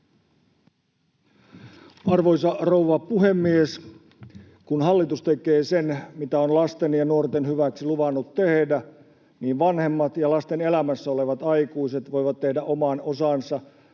Arvoisa rouva puhemies! Kun hallitus tekee sen, mitä on lasten ja nuorten hyväksi luvannut tehdä, vanhemmat ja lasten elämässä olevat aikuiset voivat tehdä oman osansa